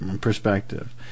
perspective